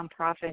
nonprofit